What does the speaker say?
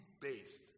based